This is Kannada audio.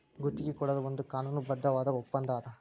ಗುತ್ತಿಗಿ ಕೊಡೊದು ಒಂದ್ ಕಾನೂನುಬದ್ಧವಾದ ಒಪ್ಪಂದಾ ಅದ